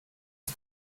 ist